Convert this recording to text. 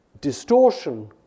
distortion